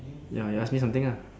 ya you ask me something ah